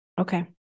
Okay